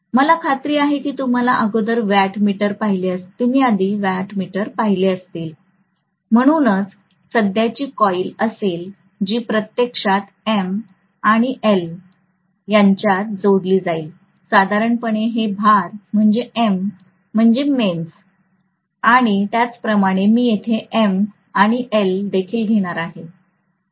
मला खात्री आहे की तुम्ही अगोदर वॅट मीटर पाहिले असतील म्हणूनच सध्याची कॉइल असेल जी प्रत्यक्षात M आणि L यांच्यात जोडली जाईल साधारणपणे हे भार म्हणजे M म्हणजे मेन्स आणि त्याचप्रमाणे मी येथे M आणि L देखील घेणार आहे